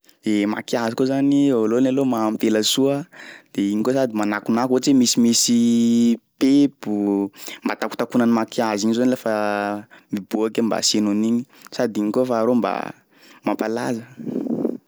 Makiazy koa zany voalohany aloha maha ampela soa de igny koa sady manakonako ohatry hoe misimisy pempo mba takotakonan'ny makiazy igny zany lafa miboaka i mba asianao an'igny sady igny koa faharoa mba mampalaza.